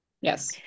Yes